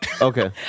Okay